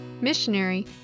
missionary